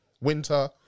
winter